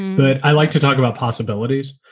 but i like to talk about possibilities.